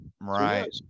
Right